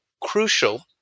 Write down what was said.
crucial